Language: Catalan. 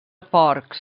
porcs